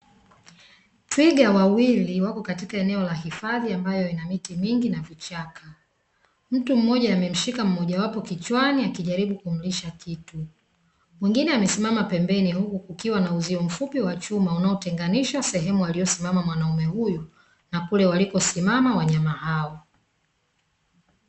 Twiga wawili wapo katika eneo la hifadhi ambayo ina miti mingi na vichaka. Mtu mmoja amemshika mmoja wapo kichwani akijaribu kumlisha kitu. Mwingine amesimama pembeni, huku kukiwa na uzio mfupi wa chuma unaotenganisha sehemu aliyosimama mwanaume huyu, na kule waliposimama wanyama hao.